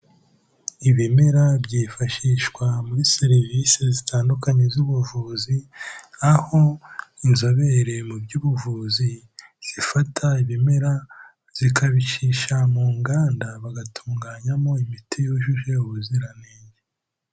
Ibimera byifashishwa muri serivisi zitandukanye z'ubuvuzi, aho inzobere mu by'ubuvuzi zifata ibimera zikabicisha mu nganda, bagatunganyamo imiti yujuje ubuziranenge.